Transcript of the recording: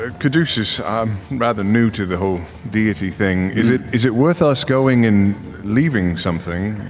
ah caduceus, i'm rather new to the whole deity thing, is it is it worth us going and leaving something,